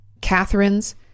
Catherine's